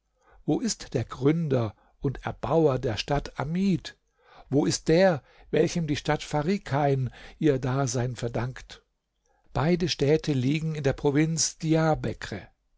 wo ist der gründer und erbauer der stadt amid wo ist der welchem die stadt farikein ihr dasein verdankt beide städte liegen in der provinz